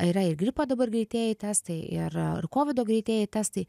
yra ir gripo dabar greitieji testai yra ir kovido greitieji testai